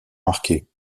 marqué